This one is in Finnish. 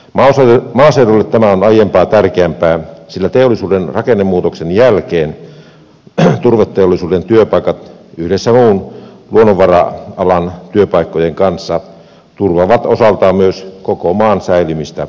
maaseudulle tämä on aiempaa tärkeämpää sillä teollisuuden rakennemuutoksen jälkeen turveteollisuuden työpaikat yhdessä muun luonnonvara alan työpaikkojen kanssa turvaavat osaltaan myös koko maan säilymistä asuttuna